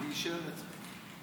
מי אישר את זה?